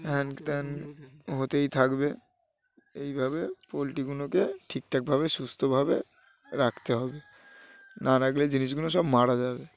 হ্যান ত্যান হতেই থাকবে এইভাবে পোলট্রিগুলোকে ঠিকঠাকভাবে সুস্থভাবে রাখতে হবে না রাখলে জিনিসগুলো সব মারা যাবে